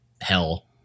hell